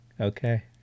Okay